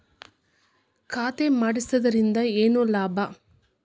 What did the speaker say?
ಖಾತೆ ಮಾಡಿಸಿದ್ದರಿಂದ ಏನು ಲಾಭ?